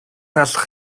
хаалга